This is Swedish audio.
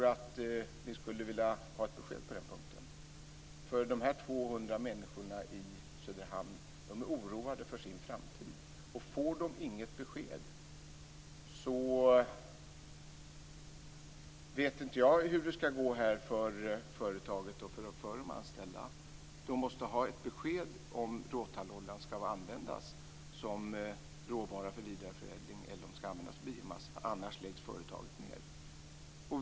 Jag skulle vilja ha ett besked på den punkten. De 200 människorna i Söderhamn är oroade för sin framtid. Får de inget besked vet jag inte hur det skall gå för företaget och för de anställda. De måste ha ett besked om ifall råtalloljan skall användas som råvara för vidareförädling eller om den skall användas som biomassa, annars läggs företaget ned.